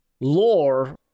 lore